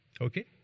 Okay